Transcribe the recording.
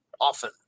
often